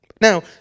Now